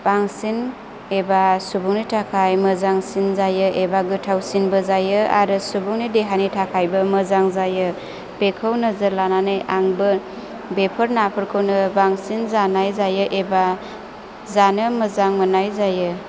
बांसिन एबा सुबुंनि थाखाय मोजांसिन जायो एबा गोथावसिनबो जायो आरो सुबुंनि देहानि थाखायबो मोजां जायो बेखौ नोजोर लानानै आंबो बेफोर नाफोरखौनो बांसिन जानाय जायो एबा जानो मोजां मोननाय जायो